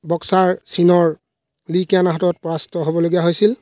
boxer চীনৰ Li কিয়ানৰ হাতত পৰাস্ত হ'বলগীয়া হৈছিল